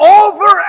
over